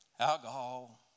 alcohol